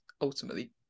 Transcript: ultimately